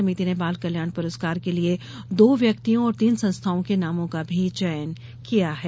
समिति ने बाल कल्याण पुरस्कार के लिए दो व्यक्तियों और तीन संस्थाओं के नामों का भी चयन किया है